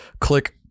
click